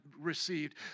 received